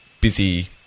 busy